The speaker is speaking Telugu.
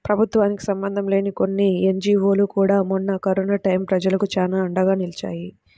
ప్రభుత్వానికి సంబంధం లేని కొన్ని ఎన్జీవోలు కూడా మొన్న కరోనా టైయ్యం ప్రజలకు చానా అండగా నిలిచాయి